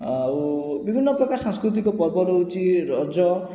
ଆଉ ବିଭିନ୍ନ ପ୍ରକାର ସାଂସ୍କୃତିକ ପର୍ବ ରହୁଛି ରଜ